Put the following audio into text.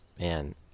Man